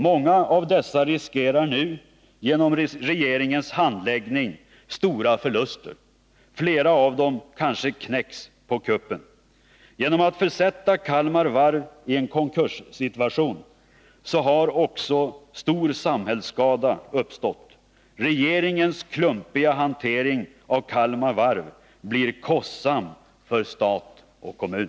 Många av dessa leverantörer riskerar nu genom regeringens handläggning stora förluster. Flera av dem kanske också knäcks på kuppen. Genom att försätta Kalmar Varv i en konkurssituation har också stor samhällsskada uppstått. Regeringens klumpiga hantering av Kalmar Varv blir kostsam för stat och kommun.